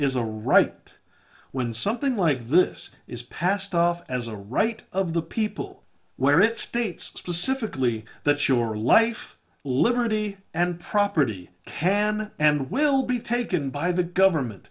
a right when something like this is passed off as a right of the people where it states specifically that sure life liberty and property can and will be taken by the government